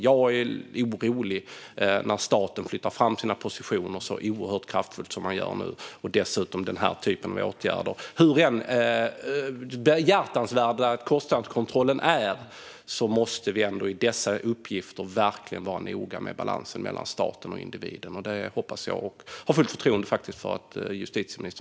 Jag är orolig när staten flyttar fram sina positioner så oerhört kraftfullt som man gör nu med denna typ av åtgärder. Hur behjärtansvärd kostnadskontrollen än är måste vi verkligen vara noga med balansen mellan staten och individen i dessa uppgifter. Jag hoppas att justitieministern kommer att följa detta och titta på det.